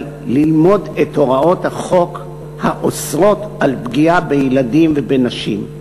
אבל ללמוד את הוראות החוק האוסרות פגיעה בילדים ובנשים.